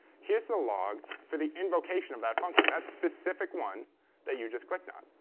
here's the log for the invocation of that function that specific one that you just clicked on.